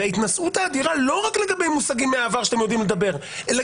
וההתנשאות האדירה לא רק לגבי מושגים מהעבר שאתם יודעים לדבר אלא